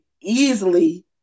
easily